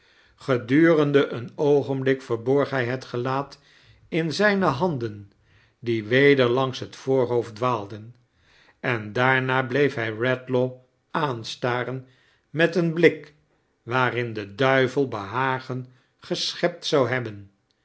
gedurende een oogenhlik verborg hij het gelaat in zijne handen die weder langs het voorhoofd dwaalden en daarna bleef hij eedlaw aanstaren met een hlik waarin de duivel behagen geschept zou hebben